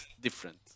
different